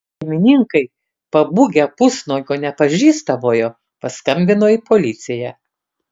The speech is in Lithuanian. šeimininkai pabūgę pusnuogio nepažįstamojo paskambino į policiją